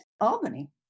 Albany